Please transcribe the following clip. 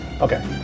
Okay